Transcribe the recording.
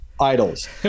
idols